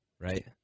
right